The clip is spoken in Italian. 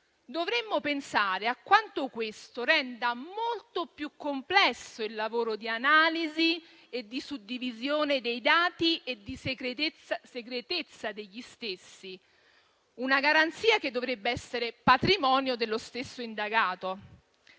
dovremmo pensare a quanto questo renda molto più complesso il lavoro di analisi e di suddivisione dei dati e di segretezza degli stessi. È una garanzia che dovrebbe essere patrimonio dello stesso indagato.